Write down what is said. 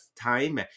time